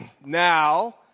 Now